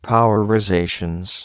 Powerizations